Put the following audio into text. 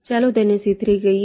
ચાલો તેને C3 કહીએ